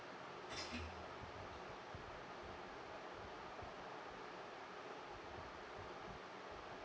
mm